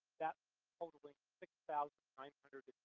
that's totaling six thousand nine hundred